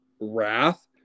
wrath